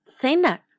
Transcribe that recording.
thinner